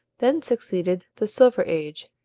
then succeeded the silver age,